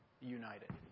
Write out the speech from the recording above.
united